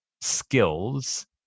skills